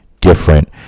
different